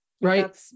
Right